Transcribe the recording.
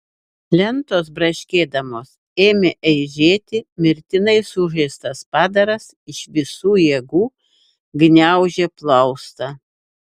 lentos braškėdamos ėmė eižėti mirtinai sužeistas padaras iš visų jėgų gniaužė plaustą